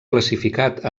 classificat